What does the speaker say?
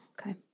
Okay